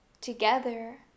together